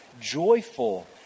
joyful